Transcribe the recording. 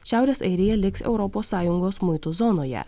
šiaurės airija liks europos sąjungos muitų zonoje